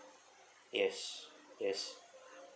yes yes